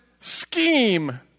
scheme